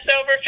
over